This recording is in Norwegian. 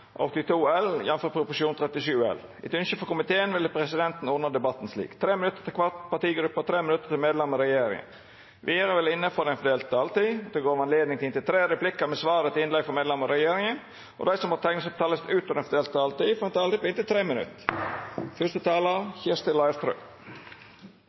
regjeringa. Vidare vil det – innanfor den fordelte taletida – verta gjeve høve til inntil tre replikkar med svar etter innlegg frå medlemer av regjeringa, og dei som måtte teikna seg på talarlista utover den fordelte taletida, får òg ei taletid på inntil 3 minutt.